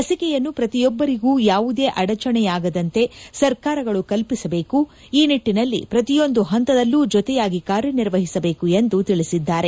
ಲಸಿಕೆಯನ್ನು ಪ್ರತಿಯೊಬ್ಬರಿಗೂ ಯಾವುದೇ ಅಡಚಣೆಯಾಗದಂತೆ ಸರ್ಕಾರಗಳು ಕಲ್ಪಿಸಬೇಕು ಈ ನಿಟ್ಲನಲ್ಲಿ ಪ್ರತಿಯೊಂದು ಪಂತದಲ್ಲೂ ಜೊತೆಯಾಗಿ ಕಾರ್ಯನಿರ್ವಹಿಸಬೇಕು ಎಂದು ತಿಳಿಸಿದ್ದಾರೆ